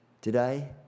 Today